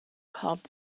cobb